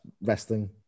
wrestling